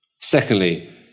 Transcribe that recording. Secondly